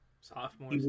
Sophomore